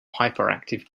hyperactive